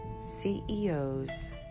CEOs